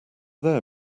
there